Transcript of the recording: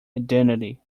identity